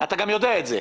אתה גם יודע את זה.